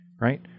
Right